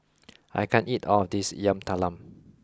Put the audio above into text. I can't eat all of this Yam Talam